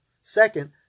Second